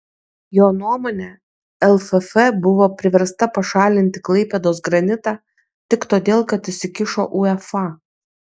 jo nuomone lff buvo priversta pašalinti klaipėdos granitą tik todėl kad įsikišo uefa